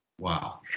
Wow